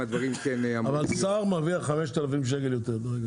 שר מרוויח 5,000 שקל יותר.